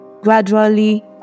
Gradually